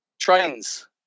Trains